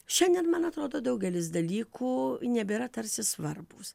šiandien man atrodo daugelis dalykų nebėra tarsi svarbūs